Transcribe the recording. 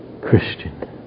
Christian